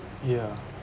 ya